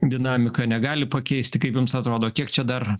dinamiką negali pakeisti kaip jums atrodo kiek čia dar